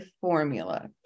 formula